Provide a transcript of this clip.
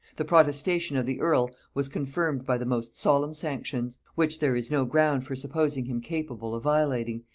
the protestation of the earl was confirmed by the most solemn sanctions which there is no ground for supposing him capable of violating,